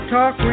Talk